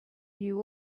knew